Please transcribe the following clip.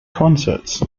concerts